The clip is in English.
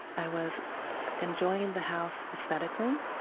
i was enjoying the house aesthetically